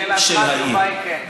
לשאלתך, התשובה היא כן.